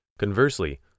Conversely